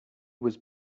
was